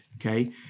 Okay